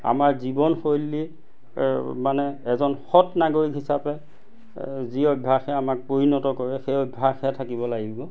আমাৰ জীৱনশৈলী মানে এজন সৎ নাগৰিক হিচাপে যি অভ্যাসে আমাক পৰিণত কৰে সেই অভ্যাসহে থাকিব লাগিব